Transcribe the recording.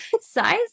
size